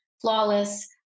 flawless